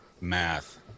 math